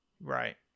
Right